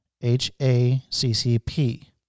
H-A-C-C-P